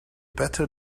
better